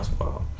Wow